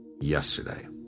yesterday